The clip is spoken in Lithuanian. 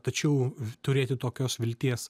tačiau turėti tokios vilties